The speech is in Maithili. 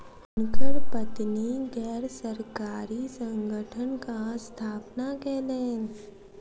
हुनकर पत्नी गैर सरकारी संगठनक स्थापना कयलैन